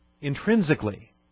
intrinsically